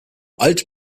alt